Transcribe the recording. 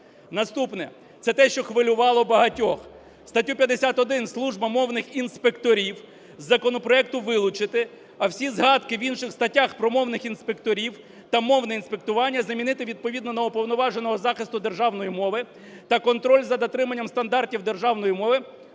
Наступне, це те, що хвилювало багатьох. Статтю 51 "Служба мовних інспекторів…" з законопроекту вилучити, а всі згадки в інших статтях про мовних інспекторів та мовне інспектування замінити відповідно на "Уповноваженого із захисту державної мови" та "Контроль за дотриманням стандартів державної мови